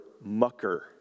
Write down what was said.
mucker